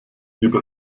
über